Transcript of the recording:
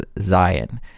Zion